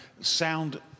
sound